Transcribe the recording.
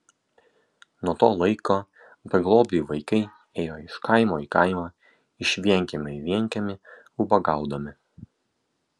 nuo to laiko beglobiai vaikai ėjo iš kaimo į kaimą iš vienkiemio į vienkiemį ubagaudami